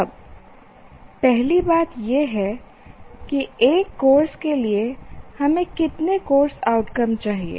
अब पहली बात यह है कि एक कोर्स के लिए हमें कितने कोर्स आउटकम चाहिए